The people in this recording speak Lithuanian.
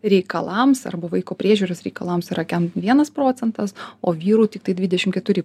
reikalams arba vaiko priežiūros reikalams yra kiam vienas procentas o vyrų tiktai dvidešim keturi